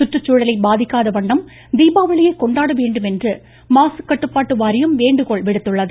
சுற்றுச்சுழலை பாதிக்காத வண்ணம் தீபாவளியை கொண்டாட வேண்டும் என்று மாசுகட்டுப்பாட்டு வாரியம் வேண்டுகோள் விடுத்துள்ளது